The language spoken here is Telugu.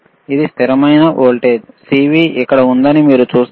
ఇది స్థిరమైన వోల్టేజ్ CV ఇక్కడ ఉందని మీరు చూస్తారు